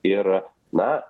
ir na